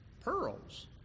pearls